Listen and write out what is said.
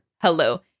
hello